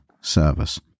service